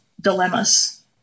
dilemmas